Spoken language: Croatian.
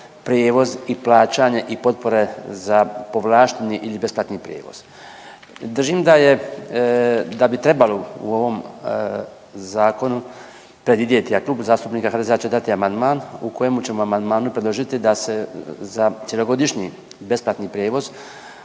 prijevoz i plaćanje i potpore za povlašteni ili besplatni prijevoz. Držim da bi trebalo u ovom zakonu predvidjeti, a Klub zastupnika HDZ-a će dati amandman u kojem ćemo amandmanu predložiti da se za cjelogodišnji besplatni prijevoz